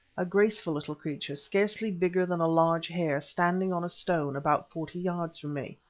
a graceful little creature, scarcely bigger than a large hare, standing on a stone, about forty yards from me.